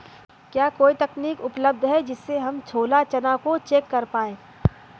क्या कोई तकनीक उपलब्ध है जिससे हम छोला चना को चेक कर पाए?